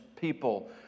people